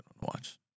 watch